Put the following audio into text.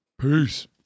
Peace